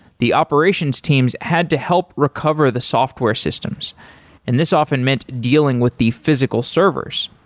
the operations teams had to help recover the software systems and this often meant dealing with the physical servers.